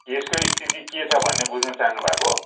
यसको स्थिति के छ भन्ने बुझ्न चाहनु भएको